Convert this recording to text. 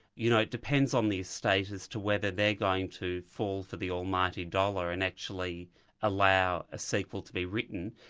you know, it depends on the estate as to whether they're going to fall for the almighty dollar and actually allow a sequel to be written.